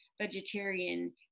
vegetarian